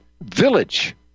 village